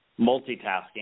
multitasking